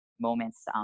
moments